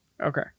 okay